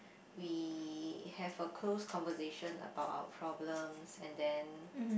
we have a close conversation about our problems and then